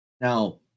Now